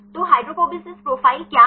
तो hydrophobicity profile क्या है